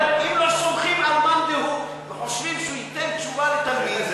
אם לא סומכים על מאן דהוא וחושבים שהוא ייתן תשובה לתרגיל,